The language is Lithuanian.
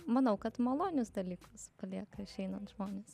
manau kad malonius dalykus palieka išeinant žmonės